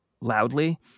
loudly